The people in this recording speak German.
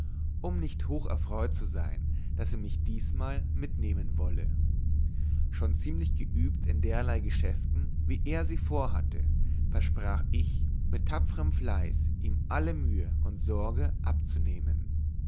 um nicht hocherfreut zu sein daß er mich diesmal mitnehmen wolle schon ziemlich geübt in derlei geschäften wie er sie vorhatte versprach ich mit tapferm fleiß ihm alle mühe und sorge abzunehmen